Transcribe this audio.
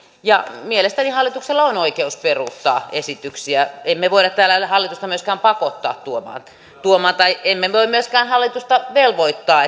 ja mielestäni hallituksella on oikeus peruuttaa esityksiä emme me voi täällä hallitusta myöskään pakottaa tuomaan esityksiä tai emme voi myöskään hallitusta velvoittaa